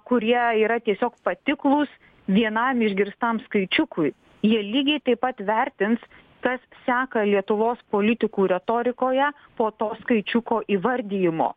kurie yra tiesiog patiklūs vienam išgirstam skaičiukui jie lygiai taip pat vertins kas seka lietuvos politikų retorikoje po to skaičiuko įvardijimo